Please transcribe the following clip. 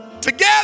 Together